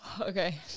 Okay